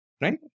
right